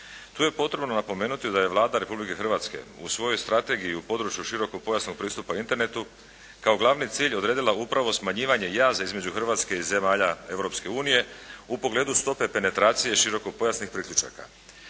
Tu je potrebno napomenuti da je Vlada Republike Hrvatske u svojoj strategiji u području širokopojasnog pristupa internetu kao glavni cilj odredila upravo smanjivanje jaza između Hrvatske i zemalja Europske unije u pogledu stope penetracije širokopojasnih priključaka.